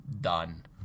Done